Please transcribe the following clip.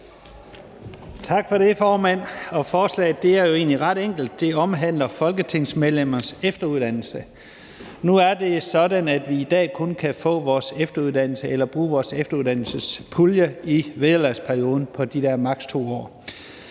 Tak for det, formand. Forslaget er jo egentlig ret enkelt. Det omhandler folketingsmedlemmers efteruddannelse. Nu er det sådan, at vi i dag kun kan få vores efteruddannelse eller bruge vores efteruddannelsespulje i vederlagsperioden på de der maks. 2 år.